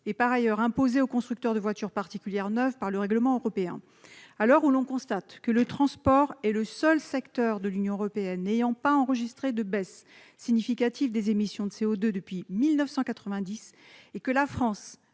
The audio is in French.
est par ailleurs imposé aux constructeurs de voitures particulières neuves par le règlement européen. À l'heure où l'on constate que le transport est le seul secteur de l'Union européenne n'ayant pas enregistré de baisse notable des émissions de CO2 depuis 1990 et que la France,